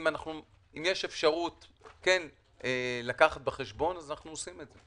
אם יש אפשרות לקחת בחשבון, אנו עושים את זה.